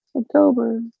October